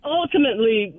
ultimately